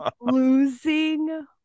losing